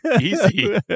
easy